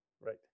right